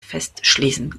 festschließen